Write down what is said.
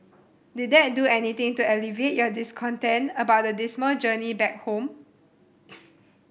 did that do anything to alleviate your discontent about the dismal journey back home